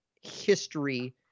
history